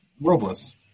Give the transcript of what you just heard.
Robles